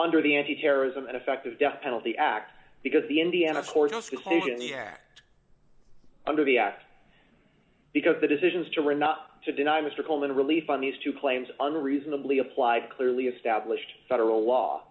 under the anti terrorism and effective death penalty act because the indiana court decision under the act because the decisions to renata to deny mr coleman relief on these two claims unreasonably applied clearly established federal law